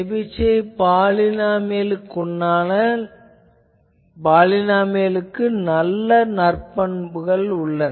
Chebyshev பாலினாமியலுக்கு நல்ல பண்புகள் உள்ளன